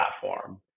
platform